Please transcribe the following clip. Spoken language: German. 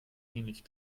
ähnlich